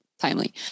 timely